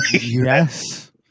Yes